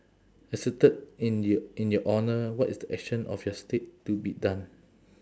erected in your in your honour what is the action of your statue to be done